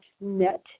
net